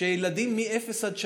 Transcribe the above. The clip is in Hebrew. שילדים מאפס עד שלוש,